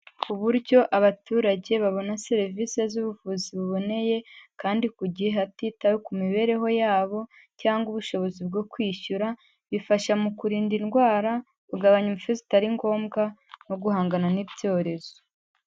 Uburyo abaturage babona serivisi z'ubuvuzi buboneye, kandi ku gihe hatitawe ku mibereho yabo cyangwa ubushobozi bwo kwishyura, bifasha mu kurinda indwara, kugabanya imfu zitari ngombwa no guhangana n'ibyorezo.